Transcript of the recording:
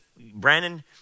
Brandon